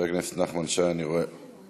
אני רואה שחבר הכנסת נחמן שי לא כאן.